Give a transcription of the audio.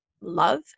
love